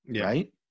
Right